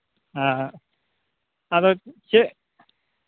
ᱦᱮᱸ ᱟᱫᱚ ᱪᱮᱫ